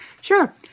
Sure